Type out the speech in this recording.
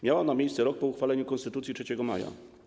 Miała ona miejsce rok po uchwaleniu Konstytucji 3 maja.